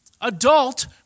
adult